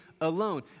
alone